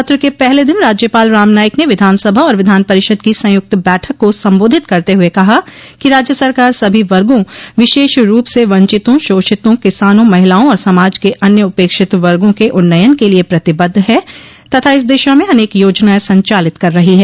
सत्र के पहले दिन राज्यपाल राम नाईक ने विधानसभा और विधान परिषद की संयुक्त बैठक को संबोधित करते हुए कहा कि राज्य सरकार सभी वर्गो विशेष रूप से वंचितों शोषितों किसानों महिलाओं और समाज के अन्य उपेक्षित वर्गो के उन्नयन के लिये प्रतिबद्ध है तथा इस दिशा में अनेक योजनाएं संचालित कर रही है